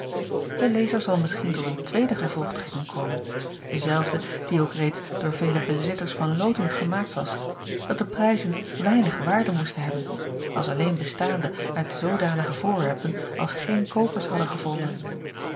e lezer zal misschien tot een tweede gevolgtrekking komen dezelfde die ook reeds door vele bezitters van loten gemaakt was dat de prijzen weinig waarde moesten hebben als alleen bestaande uit zoodanige voorwerpen als geen koopers hadden gevonden